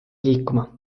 liikuma